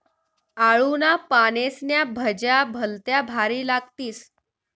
आळूना पानेस्न्या भज्या भलत्या भारी लागतीस